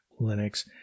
Linux